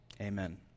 Amen